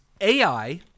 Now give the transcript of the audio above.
AI